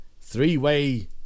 three-way